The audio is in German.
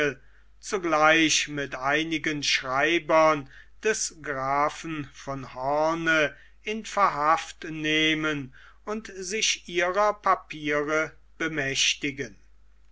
zugleich mit einigen schreibern des grafen von hoorn in verhaft nehmen und sich ihrer papiere bemächtigen